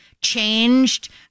changed